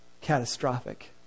catastrophic